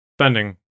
spending